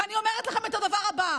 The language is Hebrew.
ואני אומרת לכם את הדבר הבא: